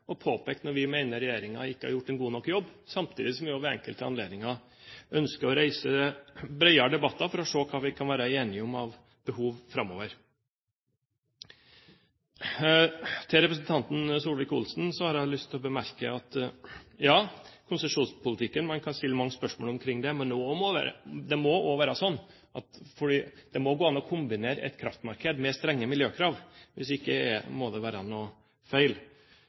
sånn er nå det. Som opposisjonsparti – vil jeg si først – forbeholder vi oss retten til å påpeke det når vi mener regjeringen ikke har gjort en god nok jobb, samtidig som vi ved enkelte anledninger ønsker å reise bredere debatter for å se hva vi kan være enige om med tanke på behov framover. Til representanten Solvik-Olsen har jeg lyst til å bemerke at man kan stille mange spørsmål omkring konsesjonspolitikken, men det må gå an å kombinere kraftmarked og strenge miljøkrav – hvis ikke må det være noe feil